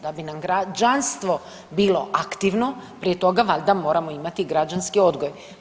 Da bi nam građanstvo bilo aktivno, prije toga valjda moramo imati građanski odgoj.